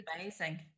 amazing